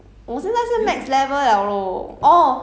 很高 lah it depends on your skill but then